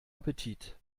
appetit